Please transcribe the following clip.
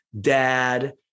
dad